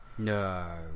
No